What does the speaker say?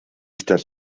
stadt